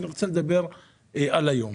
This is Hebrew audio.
אני רוצה לדבר על מה שקורה היום.